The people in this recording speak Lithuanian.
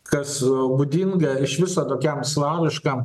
kas būdinga iš viso tokiam slaviškam